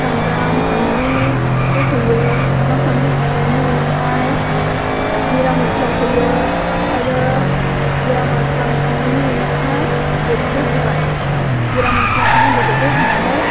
सामब्राम फानलु बेखौ होयो सामब्राम फानलु होखांनायनि उनावहाय जिरा मस्ला होयो आरो जिरा मस्ला होखांनायनि उनावहाय बेदरखौ होबाय जिरा मस्ला होखांनानै बेदरखौ होनानै